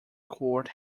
court